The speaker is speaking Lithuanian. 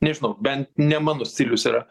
nežinau bent ne mano stilius yra